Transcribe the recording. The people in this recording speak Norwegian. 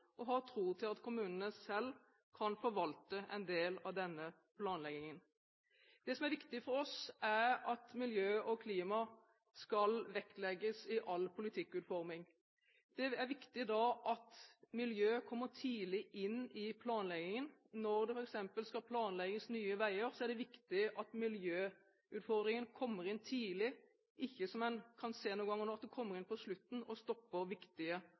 og har tillit til at kommunene selv kan forvalte en del av denne planleggingen. Det som er viktig for oss, er at miljø og klima skal vektlegges i all politikkutforming. Da er det viktig at miljø kommer tidlig inn i planleggingen. Når det f.eks. skal planlegges nye veier, er det viktig at miljøutfordringen kommer inn tidlig, ikke – som en kan se noen ganger nå – at den kommer inn på slutten og stopper viktige